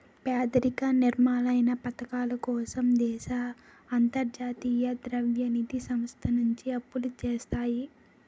పేదరిక నిర్మూలనా పధకాల కోసం దేశాలు అంతర్జాతీయ ద్రవ్య నిధి సంస్థ నుంచి అప్పులు తెస్తాయి